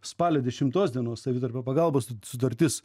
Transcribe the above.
spalio dešimtos dienos savitarpio pagalbos sutartis